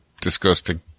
disgusting